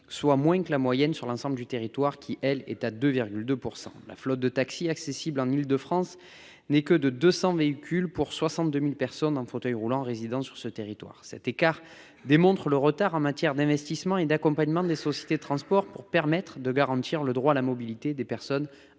Soit moins que la moyenne sur l'ensemble du territoire qui elle est à 2,2% de la flotte de taxis accessibles en Île-de-France. N'est que de 200 véhicules pour 62.000 personnes en fauteuil roulant résidant sur ce territoire cet écart démontre le retard en matière d'investissements et d'accompagnement des sociétés de transport pour permettre de garantir le droit à la mobilité des personnes